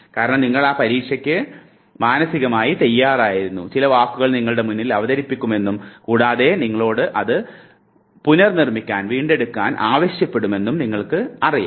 കാരണം നിങ്ങൾ ആ പരീക്ഷക്ക് മാനസികമായി തയ്യാറായിരുന്നു ചില വാക്കുകൾ നിങ്ങളുടെ മുന്നിൽ അവതരിപ്പിക്കുമെന്നും കൂടാതെ നിങ്ങളോട് അത് പുനർനിർമ്മിക്കാൻ ആവശ്യപ്പെടുമെന്നും നിങ്ങൾക്കറിയാം